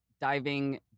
diving